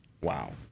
Wow